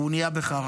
והוא נהיה בחרדה,